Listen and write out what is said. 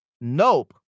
Nope